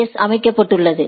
S கட்டமைக்கப்பட்டுள்ளது